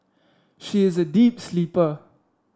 she is a deep sleeper